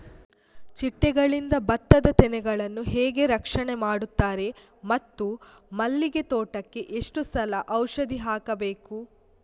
ಚಿಟ್ಟೆಗಳಿಂದ ಭತ್ತದ ತೆನೆಗಳನ್ನು ಹೇಗೆ ರಕ್ಷಣೆ ಮಾಡುತ್ತಾರೆ ಮತ್ತು ಮಲ್ಲಿಗೆ ತೋಟಕ್ಕೆ ಎಷ್ಟು ಸಲ ಔಷಧಿ ಹಾಕಬೇಕು?